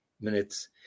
minutes